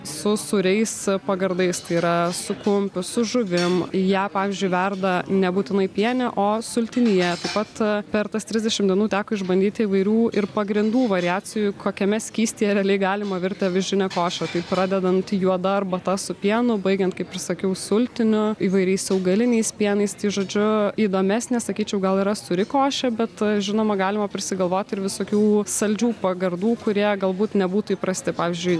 su sūriais pagardais tai yra su kumpiu su žuvim ją pavyzdžiui verda nebūtinai piene o sultinyje taip pat vertas trisdešimt dienų teko išbandyti įvairių ir pagrindų variacijų kokiame skystyje realiai galima virti avižinę košę tai pradedant juoda arbata su pienu baigiant kaip ir sakiau sultiniu įvairiais augaliniais pienais tai žodžiu įdomesnė sakyčiau gal yra sūri košė bet žinoma galima prisigalvoti ir visokių saldžių pagardų kurie galbūt nebūtų įprasti pavyzdžiui